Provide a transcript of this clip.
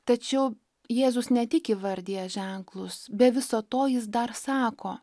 tačiau jėzus ne tik įvardija ženklus be viso to jis dar sako